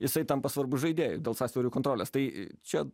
jisai tampa svarbiu žaidėju dėl sąsiaurių kontrolės tai čia